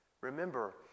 Remember